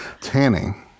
Tanning